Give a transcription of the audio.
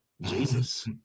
Jesus